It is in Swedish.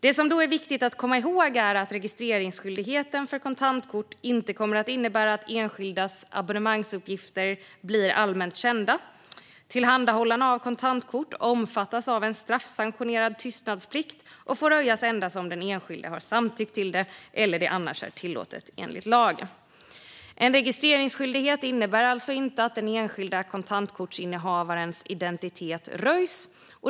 Det som då är viktigt att komma ihåg är att registreringsskyldigheten för kontantkort inte kommer att innebära att enskildas abonnemangsuppgifter blir allmänt kända. Tillhandahållarna av kontantkort omfattas av en straffsanktionerad tystnadsplikt och får röja uppgifter endast om den enskilde har samtyckt till det eller det annars är tillåtet enligt lag. En registreringsskyldighet innebär alltså inte att den enskilda kontantkortsinnehavarens identitet röjs.